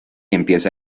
empieza